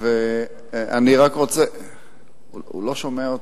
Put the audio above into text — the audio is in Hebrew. הוא לא שומע אותי.